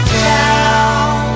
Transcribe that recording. down